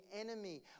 enemy